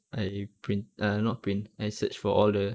I print err not print I search for all the